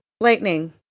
lightning